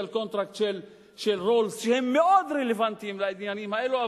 Contract של רולס שהם מאוד רלוונטיים לעניינים האלה,